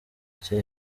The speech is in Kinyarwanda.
cye